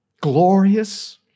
glorious